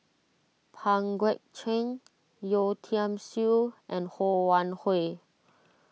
Pang Guek Cheng Yeo Tiam Siew and Ho Wan Hui